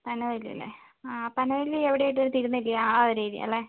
പനവല്ലിയല്ലേ ആ പനവല്ലി എവിടെയായിട്ട് വരും തിരുനെല്ലി ആ ഒരു ഏരിയ അല്ലേ